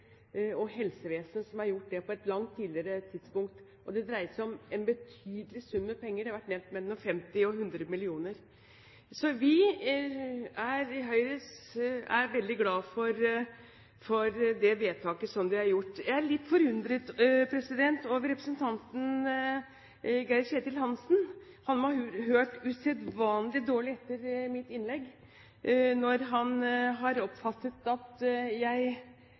og helsevesenet som har gjort dette på et langt tidligere tidspunkt. Det dreier seg om en betydelig sum med penger – det har vært nevnt mellom 50 mill. kr og 100 mill. kr. Vi i Høyre er veldig glad for det vedtaket de har fattet. Jeg er litt forundret over representanten Geir-Ketil Hansen. Han må ha hørt usedvanlig dårlig etter under mitt innlegg når han har oppfattet at jeg